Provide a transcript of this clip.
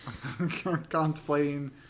contemplating